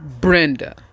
Brenda